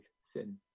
sin